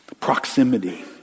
Proximity